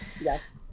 yes